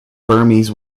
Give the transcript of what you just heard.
burmese